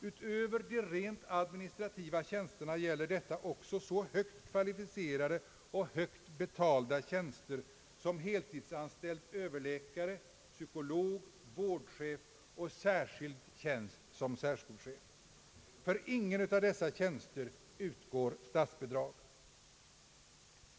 Utöver de rent administrativa tjänsterna gäller detta också så högt kvalificerade och högt betalda tjänster som heltidsanställd överläkare, psykolog, vårdchef och särskild tjänst som särskolchef. För ingen av dessa tjänster utgår statsbidrag.